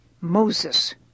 Moses